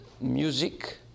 music